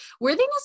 worthiness